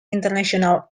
international